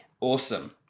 Awesome